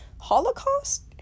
holocaust